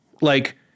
like-